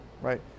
Right